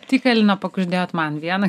tik elnio pakuždėjot man vieną